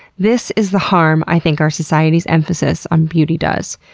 this is the harm i think our society's emphasis on beauty does.